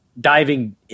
Diving